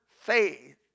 faith